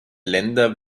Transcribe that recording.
länder